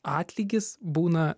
atlygis būna